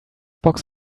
box